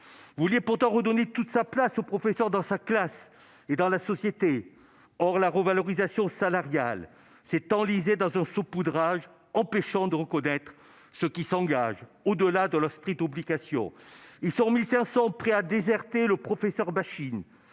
Vous vouliez pourtant redonner toute sa place au professeur dans sa classe et dans la société. Or la revalorisation salariale s'est enlisée dans un saupoudrage empêchant de reconnaître ceux qui s'engagent au-delà de leurs strictes obligations. Quelque 1 500 d'entre eux sont